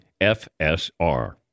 FSR